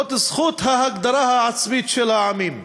זאת זכות ההגדרה העצמית של העמים.